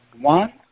one